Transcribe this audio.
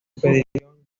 expedición